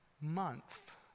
month